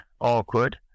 awkward